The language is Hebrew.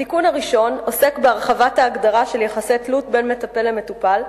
התיקון הראשון עוסק בהרחבת ההגדרה של יחסי תלות בין מטפל למטופל,